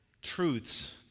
truths